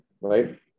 right